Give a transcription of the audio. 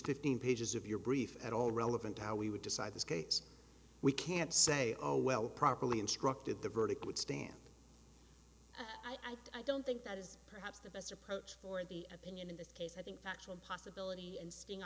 fifteen pages of your brief at all relevant to how we would decide this case we can't say oh well properly instructed the verdict would stand i don't think that is perhaps the best approach for the opinion in this case i think factual possibility and sting